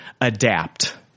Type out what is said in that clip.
adapt